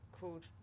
called